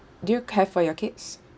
do you have for your kids